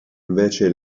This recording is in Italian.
invece